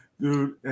dude